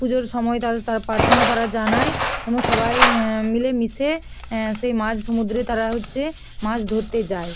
পুজোর সময় তারা তারা প্রার্থনা তারা জানায় এবং সবাই মিলেমিশে সেই মাঝ সমুদ্রে তারা হচ্ছে মাছ ধরতে যায়